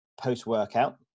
post-workout